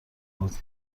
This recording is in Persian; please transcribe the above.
بود